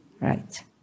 Right